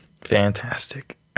Fantastic